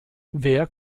wer